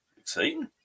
exciting